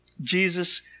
Jesus